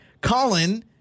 Colin